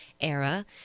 era